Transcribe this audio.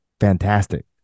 fantastic